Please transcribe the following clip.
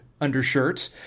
undershirt